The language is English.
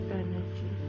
energy